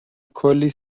کلی